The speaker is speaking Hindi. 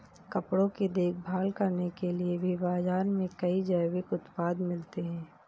कपड़ों की देखभाल करने के लिए भी बाज़ार में कई जैविक उत्पाद मिलते हैं